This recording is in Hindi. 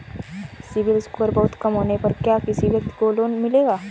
सिबिल स्कोर बहुत कम होने पर क्या किसी व्यक्ति को लोंन मिलेगा?